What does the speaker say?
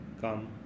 come